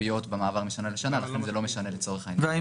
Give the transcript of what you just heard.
כך שהנהלת הקרן הייתה יכולה להקצות את